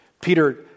Peter